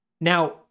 now